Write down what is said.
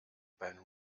beim